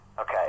Okay